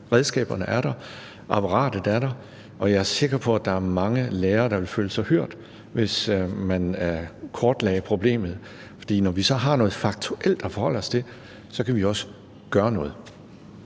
Redskaberne er der, apparatet er der. Jeg er sikker på, at der er mange lærere, der ville føle sig hørt, hvis man kortlagde problemet. For når vi så har noget faktuelt at forholde os til, kan vi jo også gøre noget.